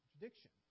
contradiction